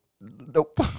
Nope